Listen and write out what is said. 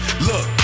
Look